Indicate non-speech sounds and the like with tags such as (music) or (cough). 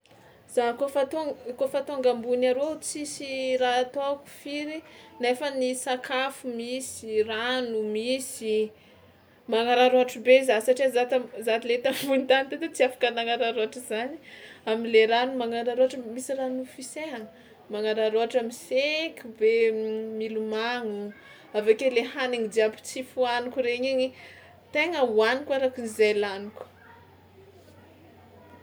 Za kaofa ton- kaofa tônga ambony arô tsisy raha ataoko firy nefa ny sakafo misy, rano misy: manararaotra be za satria za tam- za le (laughs) tambonin'ny tany teto tsy afaka nanararaotra izany am'le rano magnararaotra misy rano fisaihana, manararaotra misaika be m- milomagno, avy ake le hanigny jiaby tsy fohaniko regny igny tegna hohaniko arakin'izay laniko.